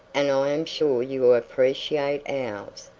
and i am sure you appreciate ours.